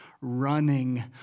running